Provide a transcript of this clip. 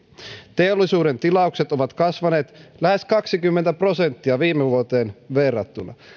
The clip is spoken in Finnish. teollisuuden tilaukset ovat kasvaneet lähes kaksikymmentä prosenttia viime vuoteen verrattuna